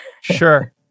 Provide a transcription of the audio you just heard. Sure